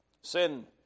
Sin